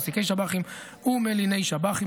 מעסיקי שב"חים ומליני שב"חים,